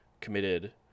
committed